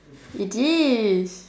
it is